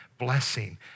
blessing